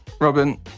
Robin